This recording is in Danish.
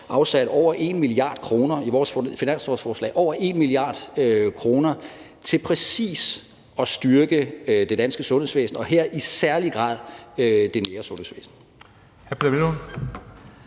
og vi har jo i vores finanslovsforslag afsat over 1 mia. kr. til præcis at styrke det danske sundhedsvæsen og her i særlig grad det nære sundhedsvæsen.